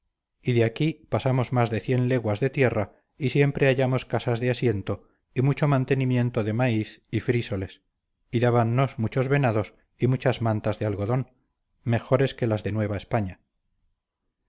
y de aquí pasamos más de cien leguas de tierra y siempre hallamos casas de asiento y mucho mantenimiento de maíz y frísoles y dábannos muchos venados y muchas mantas de algodón mejores que las de la nueva españa